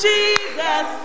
Jesus